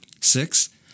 Six